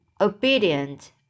obedient